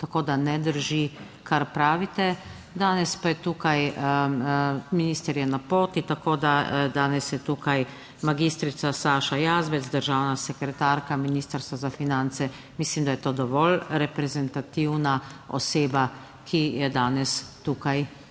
Tako da, ne drži kar pravite, danes pa je tukaj minister, je na poti, tako da danes je tukaj magistrica Saša Jazbec, državna sekretarka Ministrstva za finance, mislim, da je to dovolj reprezentativna oseba, ki je danes tukaj prisotna,